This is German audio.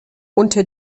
unter